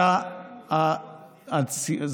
מה דחיתם, בעשרה ימים?